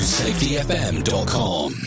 safetyfm.com